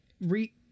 re